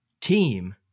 team